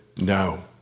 No